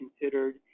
considered